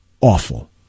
awful